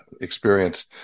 experience